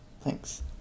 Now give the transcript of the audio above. Thanks